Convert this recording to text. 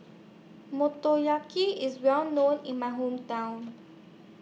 Motoyaki IS Well known in My Hometown